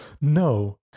no